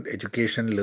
Education